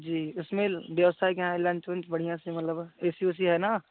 जी उसमें व्यवस्थाएँ क्या हैं लंच उंच बढ़िया से मतलब ए सी उसी है ना